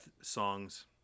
songs